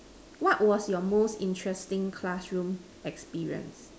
what was your most interesting classroom experience